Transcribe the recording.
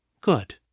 Good